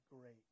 great